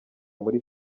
muri